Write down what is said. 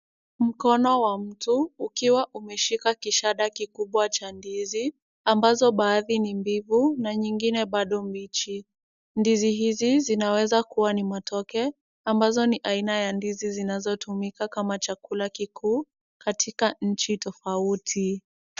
Mkono wa mtu ukiwa umeshika kishanda kikubwa cha ndizi, ambazo baadhi ni mbivu na nyingine bado mbichi. Ndizi hizi zinaweza kuwa ni matoke, ambazo ni aina ya ndizi zinazotumika kama chakula kikuu, katika nchi tofauti.